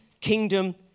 kingdom